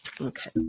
Okay